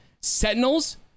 Sentinels